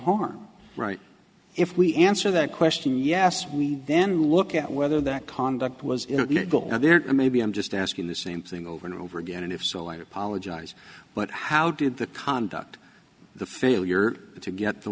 harm right if we answer that question yes we then look at whether that conduct was there maybe i'm just asking the same thing over and over again and if so i apologize but how did the conduct the failure to get the